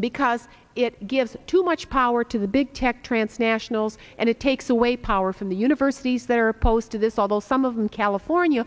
because it gives too much power to the big tech transnationals and it takes away power from the universities they're opposed to this although some of them california